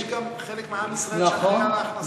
יש גם חלק מעם ישראל שאחראי להכנסות.